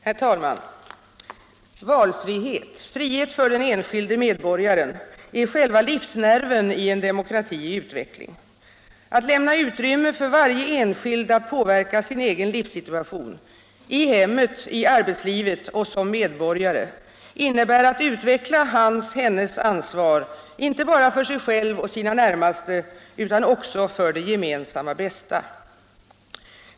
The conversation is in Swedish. Herr talman! Valfrihet, frihet för den enskilde medborgaren, är själva livsnerven i en demokrati i utveckling. Att lämna utrymme för varje enskild att påverka sin egen livssituation — i hemmet, i arbetslivet och som medborgarare — innebär att utveckla hans eller hennes ansvar inte bara för sig själv och sina närmaste utan också för det gemensamma bästa.